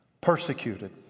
persecuted